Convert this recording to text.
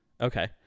okay